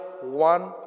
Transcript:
one